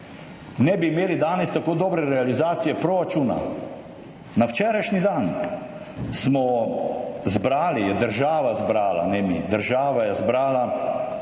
ne bi imeli danes tako dobre realizacije proračuna. Na včerajšnji dan je država zbrala, ne mi, država je zbrala